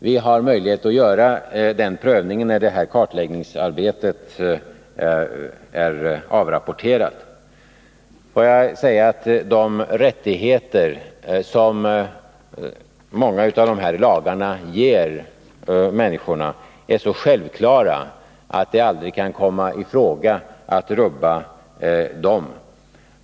Vi har möjlighet att göra den prövningen när detta kartläggningsarbete är avrapporterat. De rättigheter som många av de här lagarna ger människorna är så självklara att det aldrig kan komma i fråga att rubba dem.